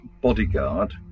bodyguard